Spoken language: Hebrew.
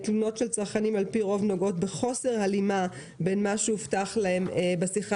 תלונות של צרכנים על פי רוב נוגעות בחוסר הלימה בין מה שהובטח להם בשיחה